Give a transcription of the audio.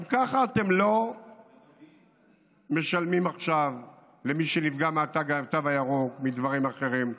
גם ככה אתם לא משלמים עכשיו למי שנפגע מהתו הירוק ומדברים אחרים,